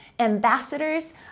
ambassadors